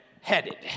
headed